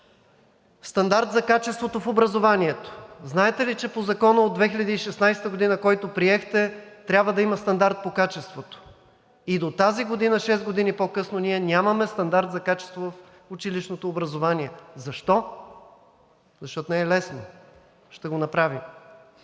Стандарт за качеството в образованието. Знаете ли, че по Закона от 2016 г., който приехте, трябва да има стандарт по качеството? И до тази година – 6 години по-късно, ние нямаме стандарт за качество в училищното образование. Защо? Защото не е лесно! Ще го направим!